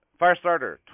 Firestarter